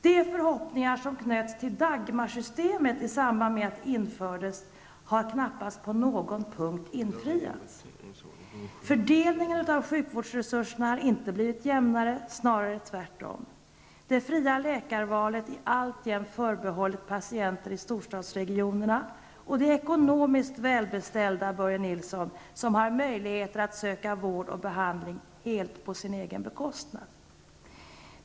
De förhoppningar som knöts till Dagmarsystemet i samband med att det infördes har knappast på någon punkt infriats. Fördelningen av sjukvårdsresurserna har inte blivit jämnare, snarare tvärtom. Det fria läkarvalet är alltjämt förbehållet patienter i storstadsregionerna och de ekonomiskt välbeställda, Börje Nilsson, som har möjligheter att söka vård och behandling helt på egen bekostnad.